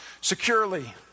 securely